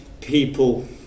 people